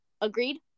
Agreed